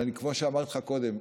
אבל כמו שאמרתי לך קודם,